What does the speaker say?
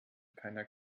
keiner